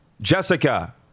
Jessica